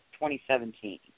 2017